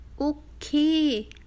Okay